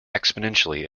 exponentially